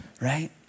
right